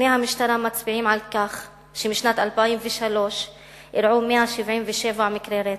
נתוני המשטרה מצביעים על כך שבשנת 2003 אירעו 177 מקרי רצח.